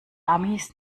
amis